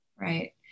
Right